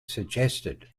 suggested